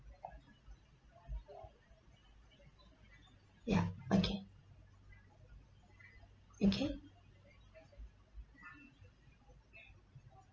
ya okay okay